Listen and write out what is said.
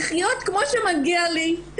לחיות כמו שמגיע לי.